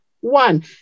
One